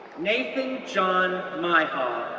nathan john mihal,